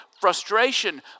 Frustration